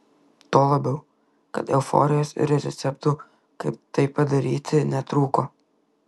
tuo labiau kad euforijos ir receptų kaip tai padaryti netrūko